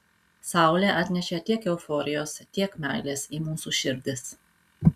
saulė atnešė tiek euforijos tiek meilės į mūsų širdis